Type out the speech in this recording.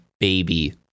Baby